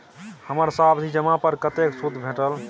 हमर सावधि जमा पर कतेक सूद भेटलै?